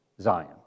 Zion